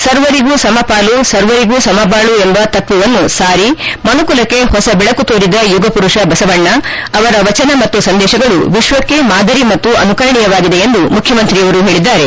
ಸರ್ವರಿಗೂ ಸಮಪಾಲು ಸರ್ವರಿಗೂ ಸಮಬಾಳು ಎಂಬ ತತ್ವ ವನ್ನು ಸಾರಿ ಮನುಕುಲಕ್ಕೆ ಹೊಸ ಬೆಳಕು ತೋರಿದ ಯುಗ ಮರುಷ ಬಸವಣ್ಣ ಅವರ ವಚನ ಮತ್ತು ಸಂದೇಶಗಳು ವಿಶ್ವಕ್ಕೆ ಮಾದರಿ ಮತ್ತು ಅನುಕರಣೀಯವಾಗಿದೆ ಎಂದು ಮುಖ್ಯಮಂತ್ರಿಯವರು ಹೇಳಿದ್ದಾರೆ